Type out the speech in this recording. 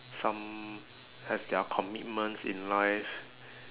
some have their commitments in life